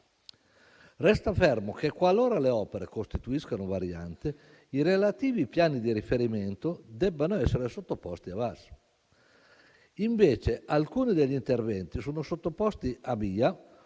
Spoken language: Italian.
Resta fermo che, qualora le opere costituiscano variante, i relativi piani di riferimento debbano essere sottoposti a VAS. Invece, alcuni degli interventi sono sottoposti a VIA